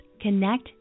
connect